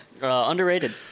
Underrated